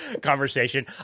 conversation